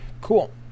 cool